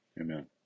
Amen